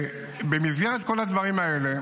במסגרת כל הדברים האלה,